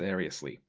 seriously.